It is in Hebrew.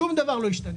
שום דבר לא ישתנה.